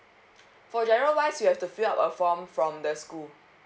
for giro wise you have to fill up a form from the school